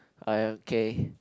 I okay